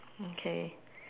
mm K